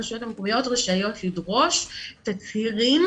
הרשויות המקומיות רשאיות לדרוש תצהירים